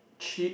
cheap